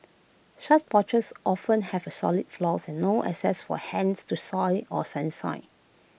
such porches often have solid floors and no access for hens to soil or sunshine